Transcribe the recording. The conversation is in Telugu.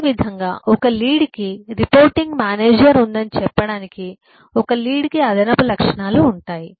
అదేవిధంగా ఒక లీడ్ కి రిపోర్టింగ్ మేనేజర్ ఉందని చెప్పడానికి ఒక లీడ్ కి అదనపు లక్షణాలు ఉంటాయి